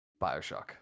Bioshock